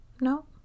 No